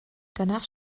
danach